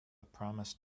promised